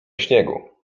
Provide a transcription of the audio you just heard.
śniegu